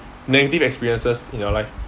negative experiences in your life